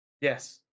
yes